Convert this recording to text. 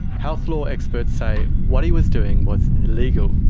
health law experts say what he was doing was illegal.